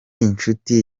inshuti